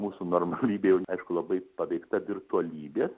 mūsų normalybė jau aišku labai paveikta virtualybės